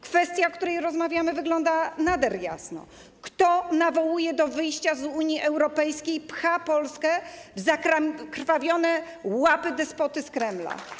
Kwestia, o której rozmawiamy, wygląda nader jasno: Kto nawołuje do wyjścia z Unii Europejskiej, pcha Polskę w zakrwawione łapy despoty z Kremla?